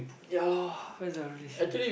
ya lor where is the relation